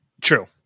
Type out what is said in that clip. True